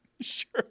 Sure